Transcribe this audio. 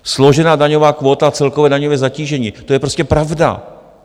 Složena daňová kvóta a celkové daňové zatížení to je prostě pravda.